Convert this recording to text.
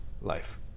life